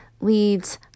leads